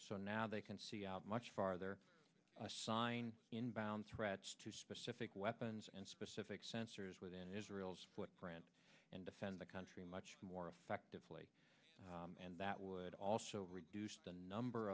so now they can see out much farther sign inbound threats to specific weapons and specific sensors within israel's brand and defend the country much more effectively and that would also reduce the number